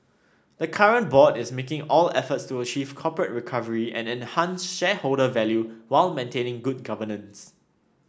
the current board is making all efforts to achieve corporate recovery and enhance shareholder value while maintaining good governance